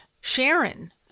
Sharon